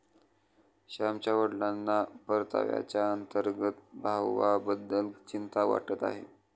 श्यामच्या वडिलांना परताव्याच्या अंतर्गत भावाबद्दल चिंता वाटत आहे